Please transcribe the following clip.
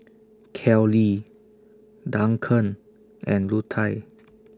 Kellee Duncan and Lutie